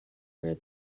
where